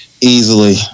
Easily